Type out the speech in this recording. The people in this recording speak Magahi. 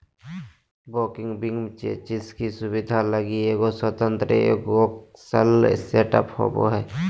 वोकिंग बीम चेसिस की सुबिधा लगी एगो स्वतन्त्र एगोक्स्ल सेटअप होबो हइ